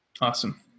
Awesome